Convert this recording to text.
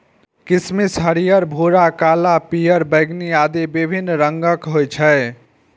किशमिश हरियर, भूरा, काला, पीयर, बैंगनी आदि विभिन्न रंगक होइ छै